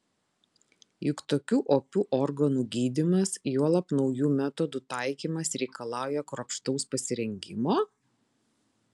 juk tokių opių organų gydymas juolab naujų metodų taikymas reikalauja kruopštaus pasirengimo